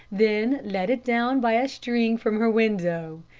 then let it down by a string from her window.